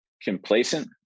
complacent